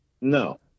No